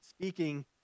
speaking